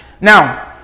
now